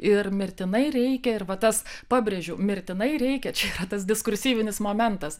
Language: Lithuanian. ir mirtinai reikia ir va tas pabrėžiu mirtinai reikia čia yra tas diskursyvinis momentas